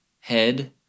head